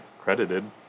credited